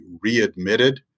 readmitted